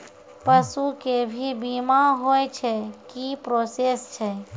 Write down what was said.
पसु के भी बीमा होय छै, की प्रोसेस छै?